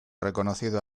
reconocido